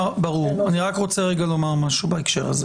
ברור, אני רק רוצה לומר בהקשר הזה